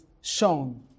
shown